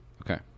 okay